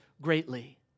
greatly